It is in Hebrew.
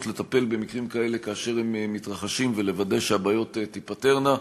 לטפל במקרים כאלה כאשר הם מתרחשים ולוודא שהבעיות תיפתרנה.